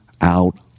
out